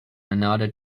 another